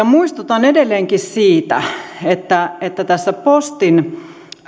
muistutan edelleenkin siitä että että postin